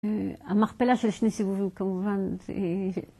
אמרת לה שיש שני סיבובים, כמובן